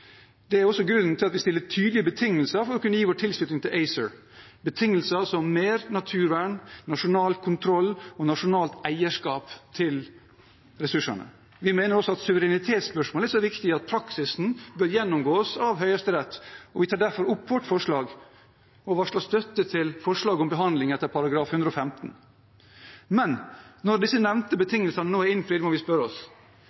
Det er også grunnen til at vi stiller tydelige betingelser for å kunne gi vår tilslutning til ACER, betingelser som mer naturvern, nasjonal kontroll og nasjonalt eierskap til ressursene. Vi mener også at suverenitetsspørsmålet er så viktig at praksisen bør gjennomgås av Høyesterett, og jeg tar derfor opp vårt forslag og varsler støtte til forslaget om behandling etter Grunnloven § 115. Men når disse nevnte betingelsene nå er innfridd, må vi spørre oss: